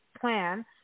plan